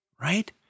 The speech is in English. right